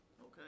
okay